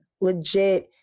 legit